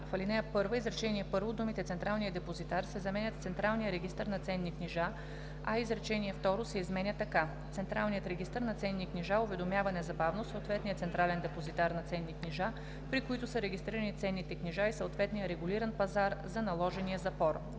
в ал. 1, изречение първо думите „Централния депозитар“ се заменят с „централния регистър на ценни книжа“, а изречение второ се изменя така: „Централният регистър на ценни книжа уведомява незабавно съответния централен депозитар на ценни книжа, при който са регистрирани ценните книжа и съответния регулиран пазар за наложения запор.“;